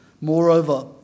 Moreover